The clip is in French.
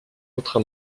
autre